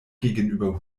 gegenüber